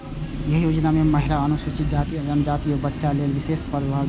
एहि योजना मे महिला, अनुसूचित जाति, जनजाति, आ बच्चा लेल विशेष प्रावधान रहै